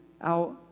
out